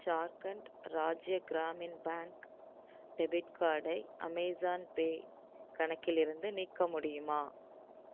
Jharkhand Rajya Gramin bank debit கார்டை Amazon Pay கணக்கிலிருந்து நீக்க முடியுமா